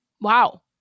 Wow